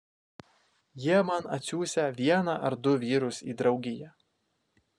jie man atsiųsią vieną ar du vyrus į draugiją